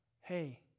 Hey